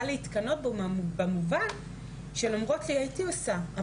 להתקנאות בו במובן שלמרות שהייתי עושה,